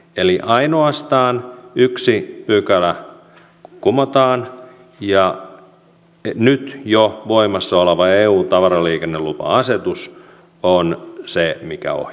eli ainoastaan yksi pykälä kumotaan ja nyt jo voimassa oleva eun tavaraliikennelupa asetus on se mikä ohjaa